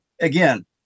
again